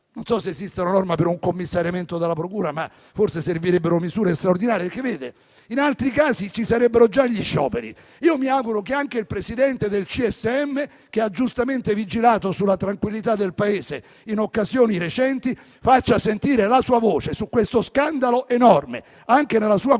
Non so se esista una norma per un commissariamento della procura, ma forse servirebbero misure straordinarie, perché in altri casi ci sarebbero già gli scioperi. Mi auguro che anche il Presidente del Consiglio superiore della magistratura, che ha giustamente vigilato sulla tranquillità del Paese in occasioni recenti, faccia sentire la sua voce su questo scandalo enorme, anche in quella sua qualità